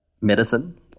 medicine